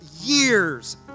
years